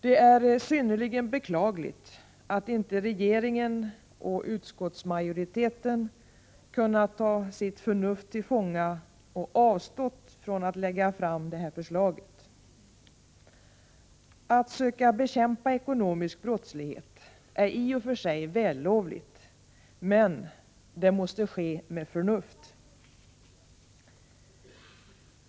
Det är synnerligen beklagligt att inte regeringen och utskottsmajoriteten kunnat ta sitt förnuft till fånga och avstått från att lägga fram detta förslag. Att söka bekämpa ekonomisk brottslighet är i och för sig vällovligt men det måste ske med förnuft.